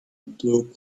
blue